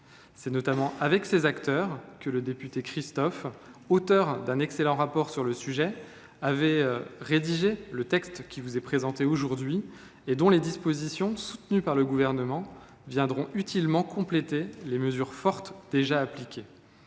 C’est notamment avec ces acteurs que votre collègue député Paul Christophe, auteur d’un excellent rapport sur le sujet, a rédigé le texte qui vous est présenté aujourd’hui et dont les dispositions, soutenues par le Gouvernement, viendront utilement compléter les mesures fortes déjà appliquées.